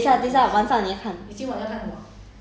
but then ya lor 还是吓死人